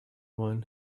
one